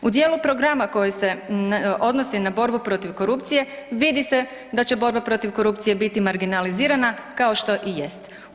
U dijelu programa koji se odnosi na borbu protiv korupcije vidi se da će borba protiv korupcije biti marginalizirana kao što i jest.